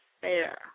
fair